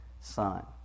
son